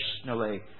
personally